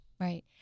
Right